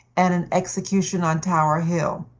and an execution on tower hill.